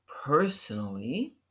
personally